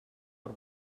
per